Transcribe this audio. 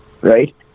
right